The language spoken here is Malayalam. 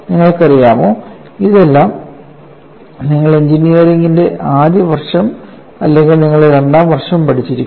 നിങ്ങൾക്കറിയാമോ ഇതെല്ലാം നിങ്ങൾ എഞ്ചിനീയറിംഗിന്റെ ആദ്യ വർഷത്തിൽ അല്ലെങ്കിൽ നിങ്ങളുടെ രണ്ടാം വർഷം പഠിച്ചിരിക്കണം